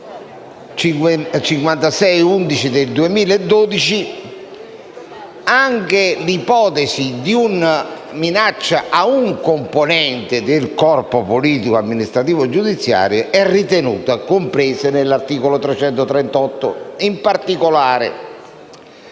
sentenza n. 5611 del 2012, anche l'ipotesi di una minaccia ad un componente del corpo politico, amministrativo o giudiziario è fattispecie ritenuta compresa nell'articolo 338. In particolare,